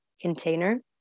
container